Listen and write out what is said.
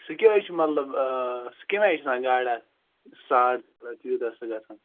سُہ کیٛاز چھُ مطلب سُہ کمہِ آیہِ چھُ آسان گاڈٕ اَتھ ساڑ تیوٗتاہ سُہ گژھان